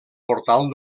portal